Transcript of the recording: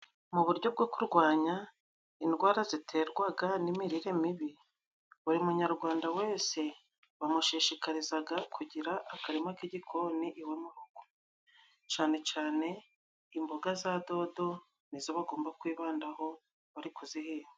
Mu buryo bwo kurwanya indwara ziterwaga n'imirire mibi, buri Munyarwanda wese bamushishikarizaga kugira akarima k'igikoni iwe mu rugo. Cane cane imboga za dodo ni zo bagomba kwibandaho bari kuzihinga.